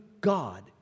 God